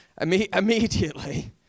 Immediately